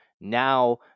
now